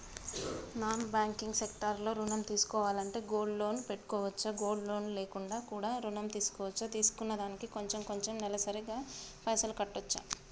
Non banking sector లో ఋణం తీసుకోవాలంటే గోల్డ్ లోన్ పెట్టుకోవచ్చా? గోల్డ్ లోన్ లేకుండా కూడా ఋణం తీసుకోవచ్చా? తీసుకున్న దానికి కొంచెం కొంచెం నెలసరి గా పైసలు కట్టొచ్చా?